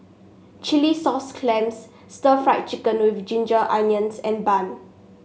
Chilli Sauce Clams stir Fry Chicken with Ginger Onions and bun